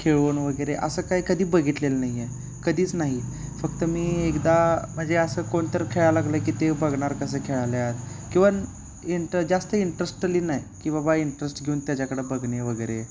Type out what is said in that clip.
खेळून वगैरे असं काय कधी बघितलेलं नाही आहे कधीच नाही फक्त मी एकदा म्हणजे असं कोणतर खेळाय लागलं की ते बघणार कसं खेळालाय किंवा इंट जास्त इंटरेस्टली नाही की बाबा इंटरेस्ट घेऊन त्याच्याकडं बघणे वगैरे